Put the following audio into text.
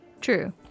True